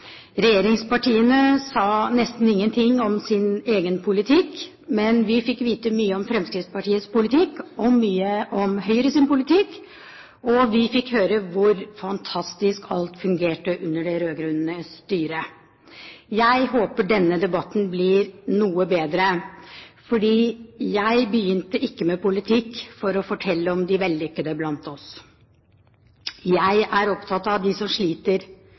Regjeringspartiene sa nesten ingen ting om sin egen politikk, men vi fikk vite mye om Fremskrittspartiets politikk, mye om Høyres politikk, og vi fikk høre hvor fantastisk alt fungerte under det rød-grønne styret. Jeg håper denne debatten blir noe bedre. Jeg begynte ikke med politikk for å fortelle om de vellykkede blant oss. Jeg er opptatt av dem som sliter,